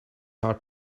hard